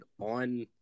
on